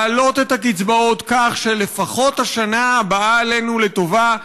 להעלות את הקצבאות כך שלפחות השנה הבאה עלינו לטובה,